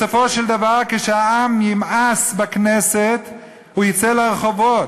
בסופו של דבר, כשהעם ימאס בכנסת הוא יצא לרחובות,